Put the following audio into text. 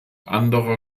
anderer